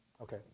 okay